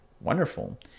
Wonderful